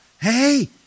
Hey